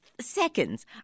seconds